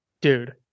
Dude